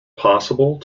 possible